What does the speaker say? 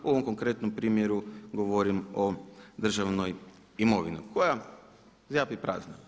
U ovom konkretnom primjeru govorim o državnoj imovini koja zjapi prazna.